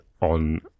on